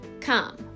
Come